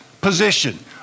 position